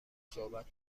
صحبت